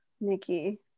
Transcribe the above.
Nikki